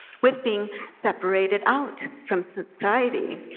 with being separated out from society,